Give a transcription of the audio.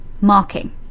marking